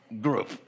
group